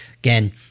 Again